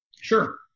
Sure